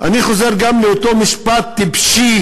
אני חוזר גם לאותו משפט טיפשי,